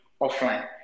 offline